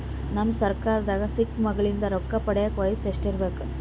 ನಮ್ಮ ಸರ್ಕಾರದ ಸ್ಕೀಮ್ಗಳಿಂದ ರೊಕ್ಕ ಪಡಿಯಕ ವಯಸ್ಸು ಎಷ್ಟಿರಬೇಕು?